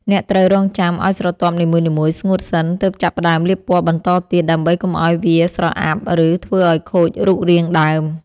អ្នកត្រូវរង់ចាំឱ្យស្រទាប់នីមួយៗស្ងួតសិនទើបចាប់ផ្តើមលាបពណ៌បន្តទៀតដើម្បីកុំឱ្យវាស្រអាប់ ឬ ធ្វើឱ្យខូចរូបរាងដើម។